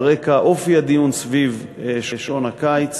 על רקע אופי הדיון סביב שעון הקיץ